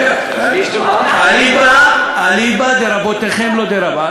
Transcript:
אליבא דרבותיכם, לא דרבי.